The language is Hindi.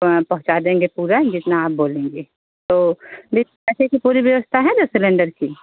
अँ पहुँचा देंगे पूरा जितना आप बोलेंगे तो दी पैसे की पूरी व्यवस्था है न सिलेण्डर की